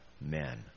men